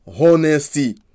honesty